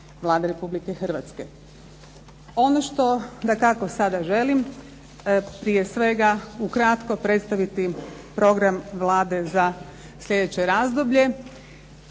Vlade Republike Hrvatske. Ono što dakako sada želim prije svega ukratko predstaviti program Vlade za sljedeće razdoblje,